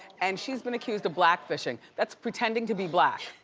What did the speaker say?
and she has been accused of black fishing. that's pretending to be black.